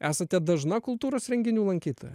esate dažna kultūros renginių lankytoja